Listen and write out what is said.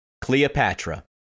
Cleopatra